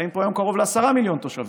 חיים פה היום קרוב לעשרה מיליון תושבים.